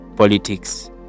Politics